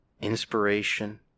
inspiration